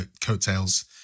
coattails